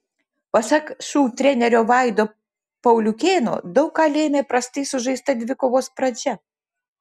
pasak šu trenerio vaido pauliukėno daug ką lėmė prastai sužaista dvikovos pradžia